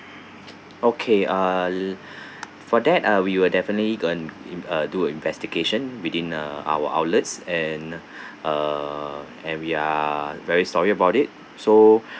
okay err for that uh we will definitely going uh do a investigation within uh our outlets and uh and we are very sorry about it so